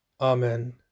Amen